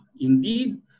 indeed